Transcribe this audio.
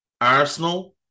Arsenal